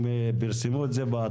הם פרסמו את זה באתר.